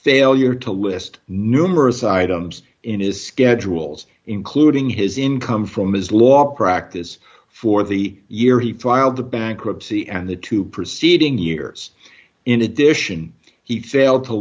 failure to list numerous items in his schedules including his income from his law practice for the year he filed the bankruptcy and the two proceeding years in addition he failed to